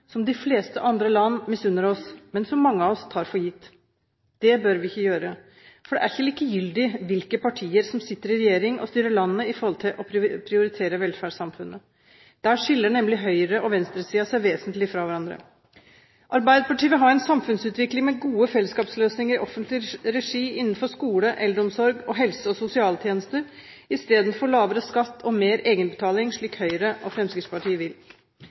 som de fleste andre land misunner oss, men som mange av oss tar for gitt. Det bør vi ikke gjøre, for det er ikke likegyldig hvilke partier som sitter i regjering og styrer landet i forhold til å prioritere velferdssamfunnet. Der skiller nemlig høyre- og venstresiden seg vesentlig fra hverandre. Arbeiderpartiet vil ha en samfunnsutvikling med gode fellesskapsløsninger i offentlig regi innenfor skole, eldreomsorg og helse- og sosialtjenester, istedenfor lavere skatt og mer egenbetaling, slik Høyre og Fremskrittspartiet vil.